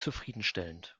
zufriedenstellend